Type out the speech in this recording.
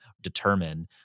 determine